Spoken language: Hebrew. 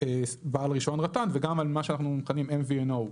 בעל רישיון רט"ן וגם על מה שאנחנו מכנים MVNO,